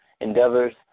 endeavors